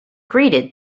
greeted